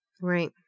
Right